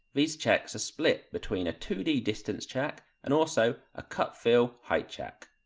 these checks are split between a two d distance check and also a cut fill height check.